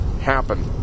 happen